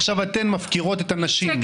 עכשיו אתם מפקירות אתן מפקירות את הנשים.